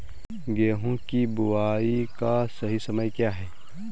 गेहूँ की बुआई का सही समय क्या है?